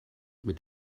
mit